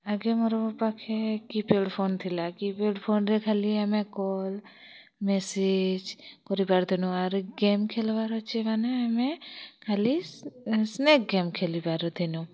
ଆଗେ ମୋର୍ ପାଖେ କପ୍ୟାଡ଼୍ ଫୋନ୍ ଥିଲା କିପ୍ୟାଡ଼୍ ଫୋନ୍ରେ ଖାଲି ଆମେ କଲ୍ ମେସେଜ୍ କରିପାରୁଥିନୁ ଆର ଗେମ୍ ଖେଲିବାର୍ ଅଛି ମାନେ ଆମେ ଖାଲି ସ୍ନେକ୍ ଗେମ୍ ଖେଲି ପାରୁଥିନୁ